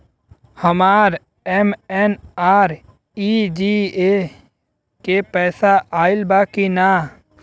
हमार एम.एन.आर.ई.जी.ए के पैसा आइल बा कि ना?